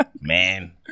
Man